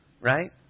right